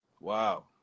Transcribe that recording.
Wow